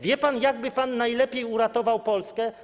Wie pan, jak by pan najlepiej uratował Polskę?